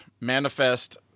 Manifest